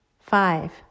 Five